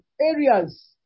areas